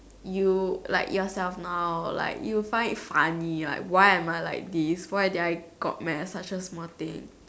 you like yourself now like you find it funny like why am I like this why did I got mad at such a small thing